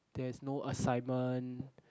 there's no assignment